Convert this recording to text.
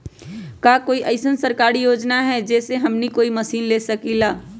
का कोई अइसन सरकारी योजना है जै से हमनी कोई मशीन ले सकीं ला?